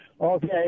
Okay